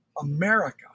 America